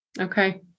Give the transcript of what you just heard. Okay